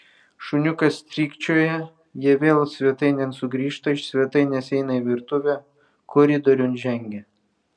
šuniukas strykčioja jie vėl svetainėn sugrįžta iš svetainės eina į virtuvę koridoriun žengia